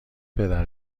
پدر